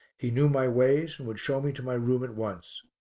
he knew my ways would show me to my room at once.